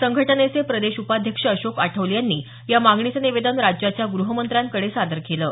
संघटनेचे प्रदेश उपाध्यक्ष अशोक आठवले यांनी या मागणीचं निवेदन राज्याच्या गृहमत्र्यांकडे सादर केलं आहे